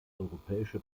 europäische